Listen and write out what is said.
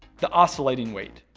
the oscillating weight